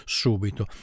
subito